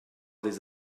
des